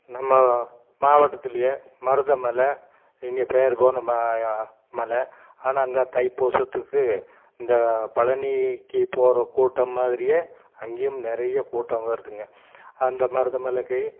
நம்ம மாவட்டத்துலையே மருதமலை இங்கே பேர் போன மா யா மலை ஆனால் அங்கே தைப்பூசத்துக்கு இந்த பழனிக்கு போகிற கூட்டம் மாதிரியே அங்கேயும் நிறைய கூட்டம் வருதுங்க அந்த மருதமலைக்கு